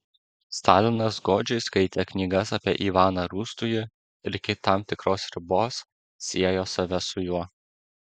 stalinas godžiai skaitė knygas apie ivaną rūstųjį ir iki tam tikros ribos siejo save su juo